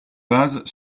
vase